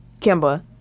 Kimba